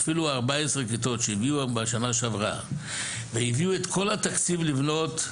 אפילו 14 כיתות שהביאו בשנה שעברה והביאו את כל התקציב לבנות,